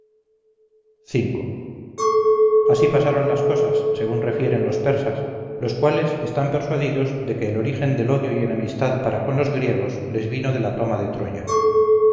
dominio así pasaron las cosas según refieren los persas los cuales están persuadidos de que el origen del odio y enemistad para con los griegos les vino de la toma de troya